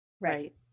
Right